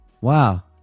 wow